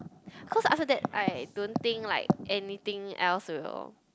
cause after that I don't think like anything else will